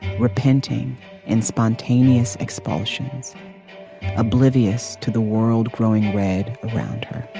repenting in spontaneous expulsions oblivious to the world growing red around her